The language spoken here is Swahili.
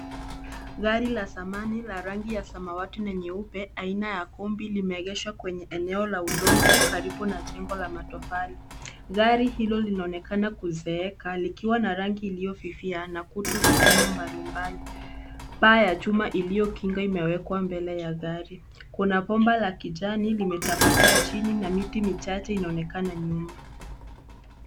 Gari la zamani la rangi ya samawati na nyeupe aina ya kombi limeegeshwa kwenye eneo la udongo karibu na jengo la matofali. Gari hilo linaonekana kuzeeka likiwa na rangi iliyofifia na kutu sehemu mbalimbali. Paa ya chuma iliyokinga imewekwa mbele ya gari. Kuna bomba la kijani limetapakaa chini na miti michache inaonekana nyuma.